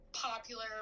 popular